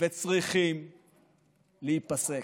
צריכים וחייבים להיפסק.